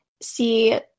see